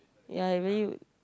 ya I really